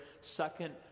Second